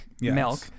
Milk